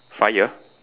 fire